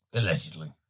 Allegedly